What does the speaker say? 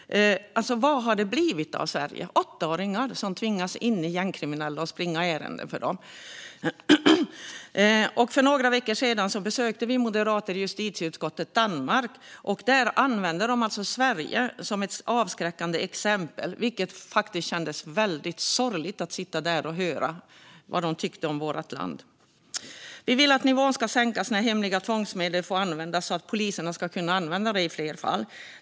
Vad har det blivit av Sverige? Åttaåringar som tvingas springa ärenden åt gängkriminella! För några veckor sedan besökte vi moderater i justitieutskottet Danmark. Där använder de Sverige som ett avskräckande exempel, och det kändes faktiskt väldigt sorgligt att sitta där och höra vad de tyckte om vårt land. Vi vill att nivån för när hemliga tvångsmedel får användas ska sänkas så att poliserna ska kunna använda dessa i fler fall.